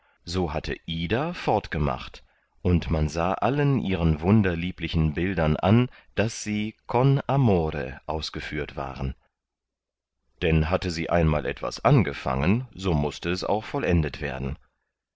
so hatte ida fortgemacht und man sah allen ihren wunderlieblichen bildern an daß sie con amore ausgeführt waren denn hatte sie einmal etwas angefangen so mußte es auch vollendet werden